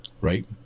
Right